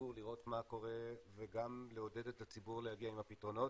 ציבור לראות מה קורה וגם לעודד את הציבור להגיע עם הפתרונות.